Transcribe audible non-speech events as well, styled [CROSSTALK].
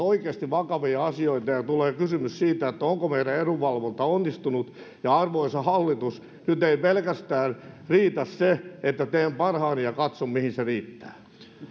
[UNINTELLIGIBLE] oikeasti vakavia asioita ja tulee kysymys siitä onko meidän edunvalvonta onnistunut arvoisa hallitus nyt ei riitä pelkästään se että teen parhaani ja katson mihin se riittää